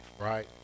right